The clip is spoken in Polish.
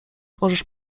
możesz